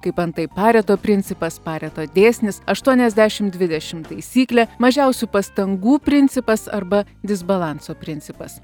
kaip antai pereito principas pareto dėsnis aštuoniasdešimt dvidešimt taisyklė mažiausių pastangų principas arba disbalanso principas